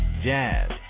jazz